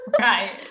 Right